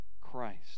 christ